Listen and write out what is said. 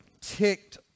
ticked